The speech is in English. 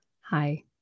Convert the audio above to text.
Hi